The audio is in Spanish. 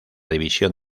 división